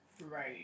Right